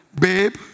Babe